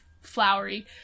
flowery